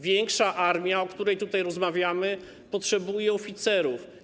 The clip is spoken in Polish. Większa armia, o której tutaj rozmawiamy, potrzebuje oficerów.